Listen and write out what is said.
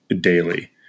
daily